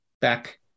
back